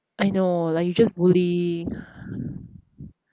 I know like you just bullying